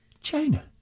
China